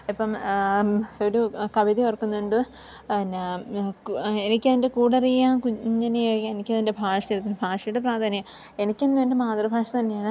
ഇപ്പം ഒരു കവിത ഓർക്കുന്നുണ്ട് എന്നാൽ എനിക്കതിൻ്റെ കൂടെ അറിയാം കുഞ്ഞനേ അറിയാം എനിക്കതിൻറ്റെ ഭാഷ ഭാഷയുടെ പ്രാധാന്യം എനിക്കെന്നും എൻറ്റെ മാതൃഭാഷ തന്നെയാണ്